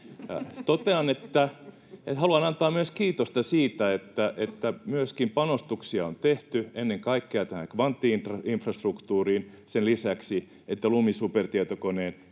Haluan antaa myös kiitosta siitä, että myöskin panostuksia on tehty ennen kaikkea tähän kvantti-infrastruktuuriin sen lisäksi, että Lumi-supertietokoneen